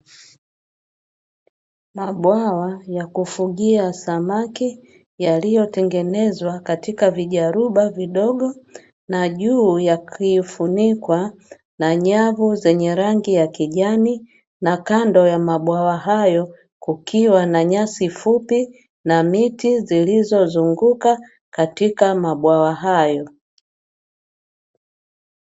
Mabwawa ya kufugia samaki, yaliyotengenezwa katika vijaruba vidogo na juu yakifunikwa na nyavu zenye rangi ya kijani, na kando ya mabwawa hayo kukiwa na nyasi fupi na miti zilizozunguka katika mabwawa hayo.